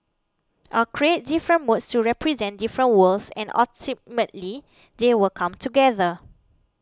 I'll create different moods to represent different worlds and ultimately they will come together